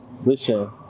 Listen